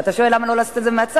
ואתה שואל: למה לא לעשות את זה מהצד?